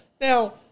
now